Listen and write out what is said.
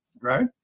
right